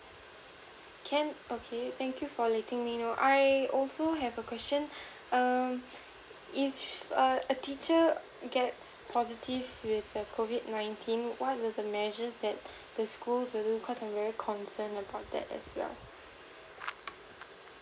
can okay thank you for letting me know I also have a question um if a a teacher gets positive with the COVID nineteen what are the measures that the schools will cause I'm very concerned about that as well